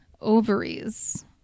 ovaries